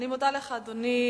אני מודה לך, אדוני.